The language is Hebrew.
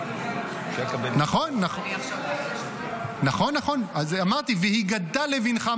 נכון, נכון, אמרתי: והגדת לבנך.